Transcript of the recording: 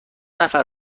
نفر